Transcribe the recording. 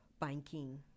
banking